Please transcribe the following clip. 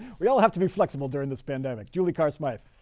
we'll have to be flexible during this pandemic. julie carr smyth.